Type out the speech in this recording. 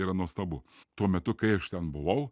yra nuostabu tuo metu kai aš ten buvau